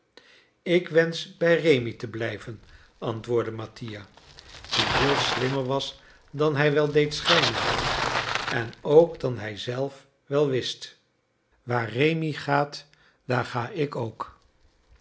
ik wensch bij rémi te blijven antwoordde mattia die veel slimmer was dan hij wel deed schijnen en ook dan hij zelf wel wist waar rémi gaat daar ga ik ook